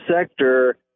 sector